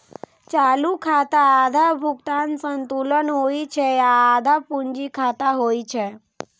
चालू खाता आधा भुगतान संतुलन होइ छै आ आधा पूंजी खाता होइ छै